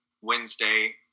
Wednesday